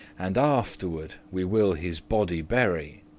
and afterward we will his body bury.